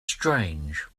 strange